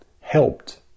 helped